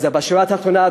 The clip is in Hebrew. בשורה התחתונה,